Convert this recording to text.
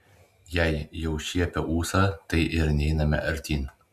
jei jau šiepia ūsą tai ir neiname artyn